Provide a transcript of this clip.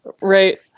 Right